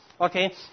Okay